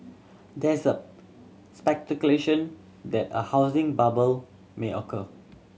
there is a speculation that a housing bubble may occur